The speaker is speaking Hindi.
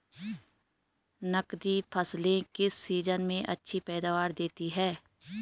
नकदी फसलें किस सीजन में अच्छी पैदावार देतीं हैं?